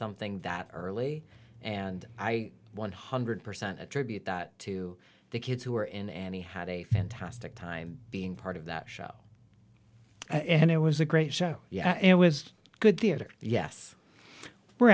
something that early and i one hundred percent attribute that to the kids who are in and he had a fantastic time being part of that show and it was a great show yeah it was good theater yes we're